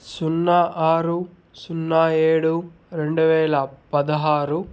సున్నా ఆరు సున్నా ఏడు రెండువేల పదహారు